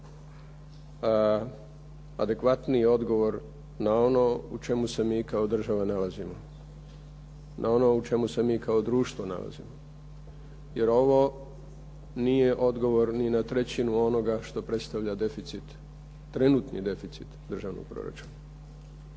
adekvatniji odgovor na ono u čemu se mi kao država nalazimo, na ono u čemu se mi kao društvo nalazimo jer ovo nije odgovor ni na trećinu onoga što predstavlja trenutni deficit državnog proračuna.